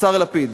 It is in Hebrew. השר לפיד.